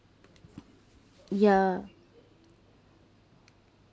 ya